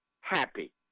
happy